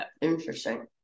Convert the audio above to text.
interesting